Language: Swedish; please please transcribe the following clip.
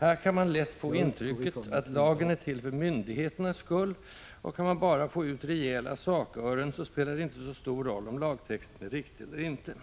Här kan man lätt få intrycket att lagen är till för myndigheternas skull, och kan man bara få ut rejäla ”sakören” spelar det inte så stor roll om lagtexten är riktig eller inte.